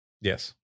Yes